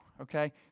okay